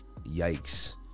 Yikes